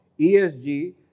ESG